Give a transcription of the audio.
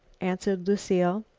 answered lucile.